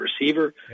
receiver